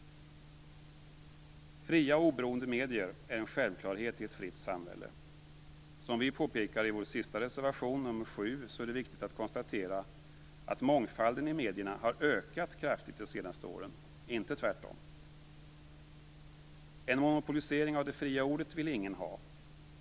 Fria och oberoende medier är en självklarhet i ett fritt samhälle. Som vi påpekar i vår sista reservation, nr 7, är det viktigt att konstatera att mångfalden i medierna har ökat kraftigt de senaste åren, inte tvärtom. En monopolisering av det fria ordet vill ingen ha.